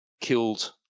killed